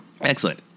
Excellent